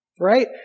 right